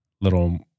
little